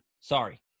Sorry